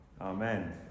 Amen